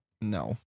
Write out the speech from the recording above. No